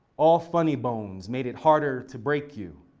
all funny bones made it harder to break you.